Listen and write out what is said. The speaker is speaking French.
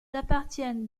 appartiennent